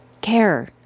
care